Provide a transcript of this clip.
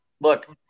Look